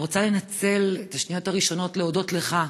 אני רוצה לנצל את השניות הראשונות להודות לך,